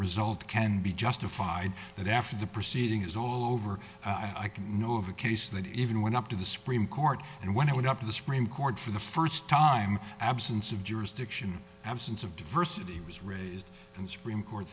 result can be justified that after the proceeding is all over i can know of a case that even went up to the supreme court and when i went up to the supreme court for the first time absence of jurisdiction absence of diversity was raised and supr